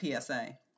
PSA